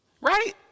Right